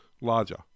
larger